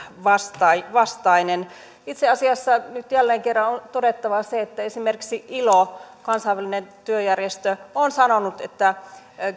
vastainen vastainen itse asiassa nyt jälleen kerran on todettava se että esimerkiksi ilo kansainvälinen työjärjestö on sanonut että